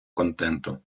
контенту